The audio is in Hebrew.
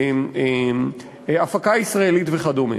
של הפקה ישראלית וכדומה,